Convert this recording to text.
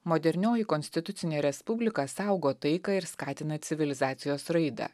modernioji konstitucinė respublika saugo taiką ir skatina civilizacijos raidą